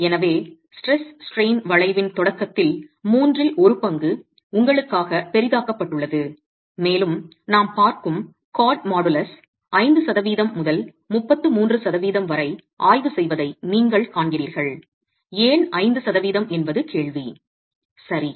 எனவே stress strain வளைவின் தொடக்கத்தில் மூன்றில் ஒரு பங்கு உங்களுக்காக பெரிதாக்கப்பட்டுள்ளது மேலும் நாம் பார்க்கும் கார்ட் மாடுலஸ் 5 சதவீதம் முதல் 33 சதவீதம் வரை ஆய்வு செய்வதை நீங்கள் காண்கிறீர்கள் ஏன் 5 சதவீதம் என்பது கேள்வி சரி